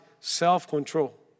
self-control